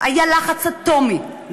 היה לחץ אטומי,